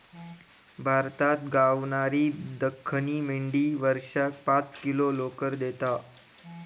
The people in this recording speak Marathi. भारतात गावणारी दख्खनी मेंढी वर्षाक पाच किलो लोकर देता